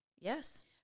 Yes